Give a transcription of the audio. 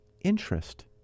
interest